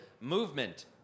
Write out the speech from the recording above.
Movement